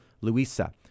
Louisa